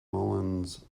moulins